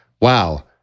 Wow